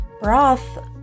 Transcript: broth